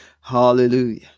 hallelujah